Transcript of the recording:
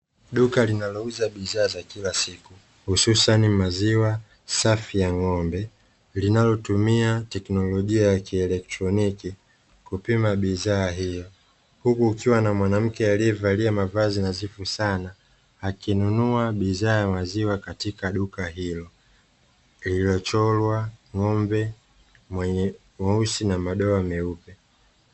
Duka linalouza bidhaa za kila siku, hususa ni maziwa safi ya ng'ombe. Linalotumia teknolojia ya kielektroniki kupima bidhaa hiyo, huku kukiwa na mwanamke aliyevalia mavazi nadhifu sana, akinunua bidhaa ya maziwa katika duka hilo, lililochorwa ng'ombe mweusi mwenye madoa meupe.